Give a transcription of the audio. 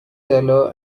teller